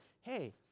hey